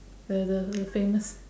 the the the famous